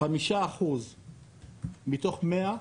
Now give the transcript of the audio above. מתוך 100%,